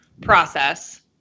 process